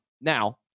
Now